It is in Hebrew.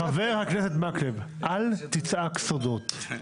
חבר הכנסת מקלב, אל תצעק סודות.